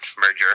merger